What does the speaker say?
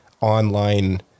online